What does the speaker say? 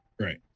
right